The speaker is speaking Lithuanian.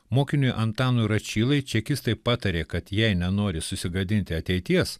mokiniui antanui račylai čekistai patarė kad jei nenori susigadinti ateities